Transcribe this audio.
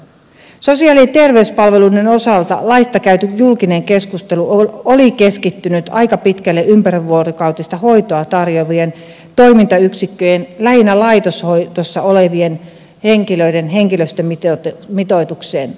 sosiaali ja terveyspalveluiden osalta laista käyty julkinen keskustelu oli keskittynyt aika pitkälle ympärivuorokautista hoitoa tarjoavien toimintayksikköjen lähinnä laitoshoidossa olevien henkilöiden henkilöstömitoitukseen